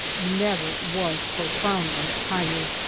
never was profoundly tired.